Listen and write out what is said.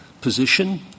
position